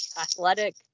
athletic